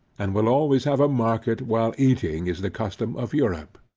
and will always have a market while eating is the custom of europe.